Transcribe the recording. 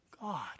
God